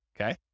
Okay